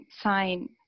sign